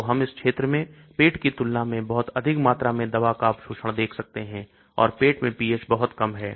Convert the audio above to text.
तो हम इस क्षेत्र में पेट की तुलना में बहुत अधिक मात्रा में दवा का अवशोषण देख सकते हैं और पेट में pH बहुत कम है